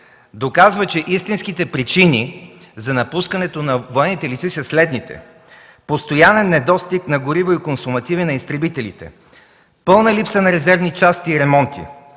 доказа, че истинските причини за напускането на военните летци са следните: постоянен недостиг на гориво и консумативи на изтребителите, пълна липса на резервни части и ремонти,